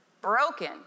broken